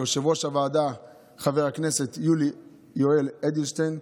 ליושב-ראש הוועדה חבר הכנסת יולי יואל אדלשטיין,